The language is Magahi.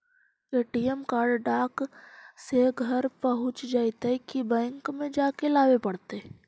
ए.टी.एम कार्ड डाक से घरे पहुँच जईतै कि बैंक में जाके लाबे पड़तै?